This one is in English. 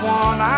one